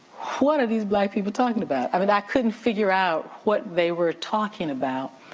what are these black people talking about? i mean, i couldn't figure out what they were talking about.